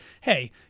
hey